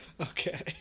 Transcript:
Okay